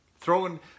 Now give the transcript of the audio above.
throwing